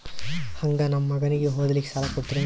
ಹಂಗ ನಮ್ಮ ಮಗನಿಗೆ ಓದಲಿಕ್ಕೆ ಸಾಲ ಕೊಡ್ತಿರೇನ್ರಿ?